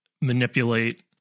manipulate